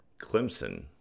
Clemson